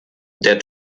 der